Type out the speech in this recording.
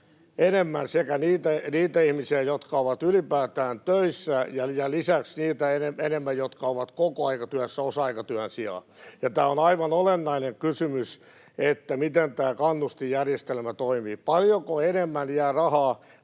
enemmän niitä ihmisiä, jotka ovat ylipäätään töissä, ja lisäksi enemmän niitä, jotka ovat kokoaikatyössä osa-aikatyön sijaan. On aivan olennainen kysymys, miten tämä kannustinjärjestelmä toimii: Paljonko enemmän jää rahaa